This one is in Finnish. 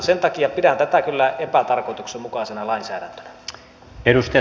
sen takia pidän tätä kyllä epätarkoituksenmukaisena lainsäädäntönä